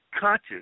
conscious